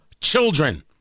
children